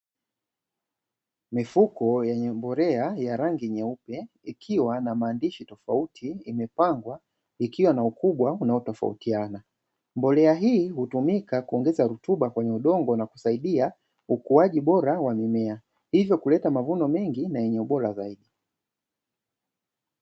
Mifuko yenye mbolea ya rangi nyeusi ikiwa na maandishi tofauti imepangwa ikiwa na ukubwa unaotofautiana. Mbolea hii hutumika kuongeza rutuba kwenye udongo na kusaidia ukuaji bora wa mimea, hivyo kuleta mavuno mengi na yenye ubora zaidi.